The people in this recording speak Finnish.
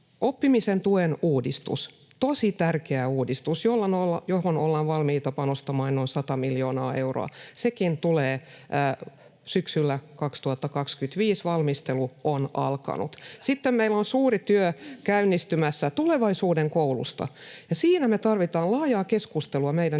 Oppimisen tuen uudistuskin — tosi tärkeä uudistus, johon ollaan valmiita panostamaan noin 100 miljoonaa euroa — tulee syksyllä 2025. Valmistelu on alkanut. [Vasemmalta: Hyvä!] Sitten meillä on suuri työ käynnistymässä tulevaisuuden koulusta. Ja siinä me tarvitaan laajaa keskustelua meidän yhteiskunnassa,